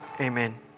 Amen